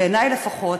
בעיני לפחות.